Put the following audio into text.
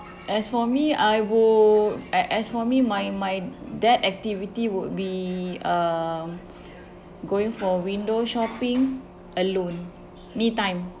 as for me I would a~ as for me my my that activity would be uh going for window shopping alone me time